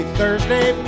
Thursday